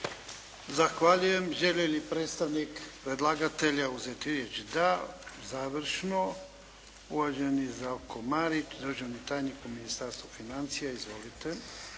Zahvaljujem. Želi li predstavnik predlagatelja uzeti riječ? Da, završno. Uvaženi Zdravko Marić, državni tajnik u Ministarstvu financija. Izvolite.